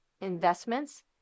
investments